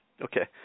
Okay